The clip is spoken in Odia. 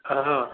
ହଁ ହଁ